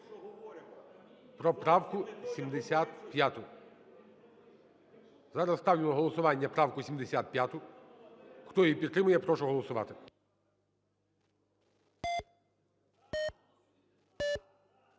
Про правку 75. Зараз ставлю на голосування правку 75. Хто її підтримує, прошу голосувати.